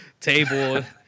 table